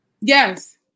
Yes